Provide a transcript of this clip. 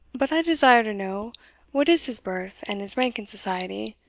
but i desire to know what is his birth and his rank in society,